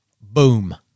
Boom